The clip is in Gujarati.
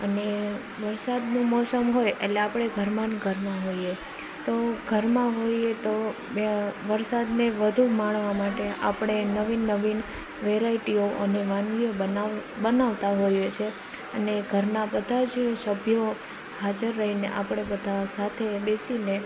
અને વરસાદનું મોસમ હોય એટલે આપણે ઘરમાં ન ઘરમાં હોઈએ તો ઘરમાં હોઈએ તો વરસાદને વધુ માણવા માટે આપણે નવીન નવીન વેરાઈટીઓ અને વાનગીઓ બનાવતા હોઈએ છીએ અને ઘરના બધા જ સભ્યો હાજર રહીને આપણે બધા સાથે બેસીને